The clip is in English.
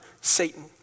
Satan